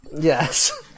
Yes